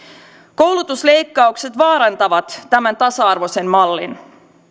koulutusleikkaukset vaarantavat tämän tasa arvoisen mallin